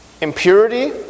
Impurity